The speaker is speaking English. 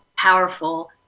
powerful